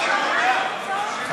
מה היו התוצאות של ההצבעה?